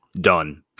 done